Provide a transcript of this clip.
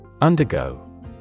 Undergo